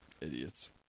Idiots